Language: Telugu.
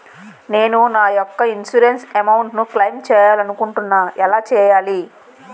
నేను నా యెక్క ఇన్సురెన్స్ అమౌంట్ ను క్లైమ్ చేయాలనుకుంటున్నా ఎలా చేయాలి?